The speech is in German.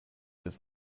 ist